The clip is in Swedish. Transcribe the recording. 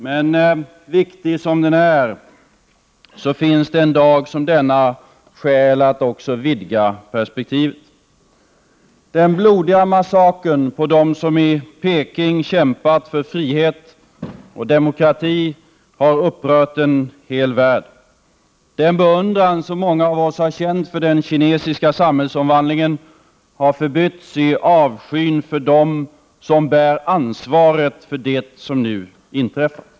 Men trots att den är viktig finns det en dag som denna skäl att också vidga perspektivet. Den blodiga massakern på dem som i Beijing kämpat för frihet och demokrati har upprört en hel värld. Den beundran som många av oss känt för den kinesiska samhällsomvandlingen har förbytts i avsky för dem som bär ansvaret för det som nu inträffat.